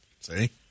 See